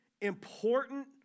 important